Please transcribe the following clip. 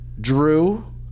Drew